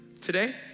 Today